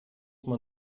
man